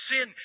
Sin